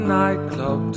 nightclub